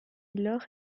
laure